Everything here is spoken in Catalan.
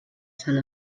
sant